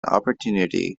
opportunity